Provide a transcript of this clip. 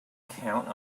count